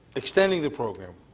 extending the program,